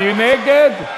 מי נגד?